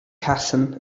hassan